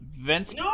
Vince